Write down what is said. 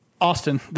Austin